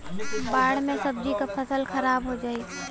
बाढ़ से सब्जी क फसल खराब हो जाई